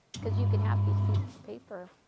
because you can have these pieces of paper,